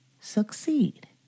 succeed